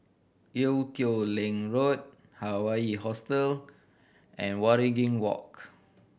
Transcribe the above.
Ee Teow Leng Road Hawaii Hostel and Waringin Walk